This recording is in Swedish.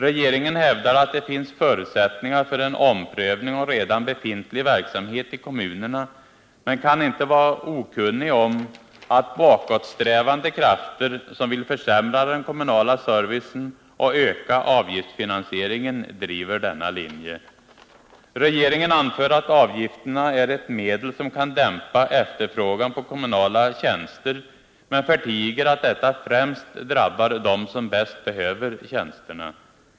Regeringen hävdar att det finns förutsättningar för en omprövning av redan befintlig verksamhet i kommunerna, men kan inte vara okunnig om att bakåtsträvande krafter, som vill försämra den kommunala servicen och öka avgiftsfinansieringen, driver denna linje. Regeringen anför att avgifterna är ”ett medel som kan dämpa efterfrågan på kommunala tjänster”, men förtiger att detta främst drabbar dem som bäst behöver tjänsterna.